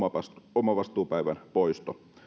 omavastuupäivän poisto